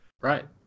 Right